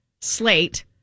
Slate